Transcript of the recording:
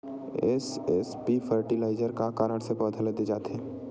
SSP fertiliser का कारण से पौधा ल दे जाथे?